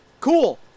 Cool